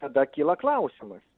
tada kyla klausimas